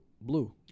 blue